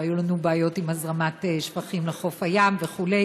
והיו לנו בעיות עם הזרמת שפכים לחוף הים וכו',